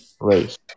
race